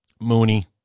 Mooney